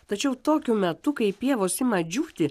tačiau tokiu metu kai pievos ima džiūti